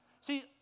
See